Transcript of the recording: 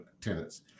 tenants